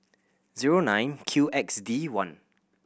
zero nine Q X D one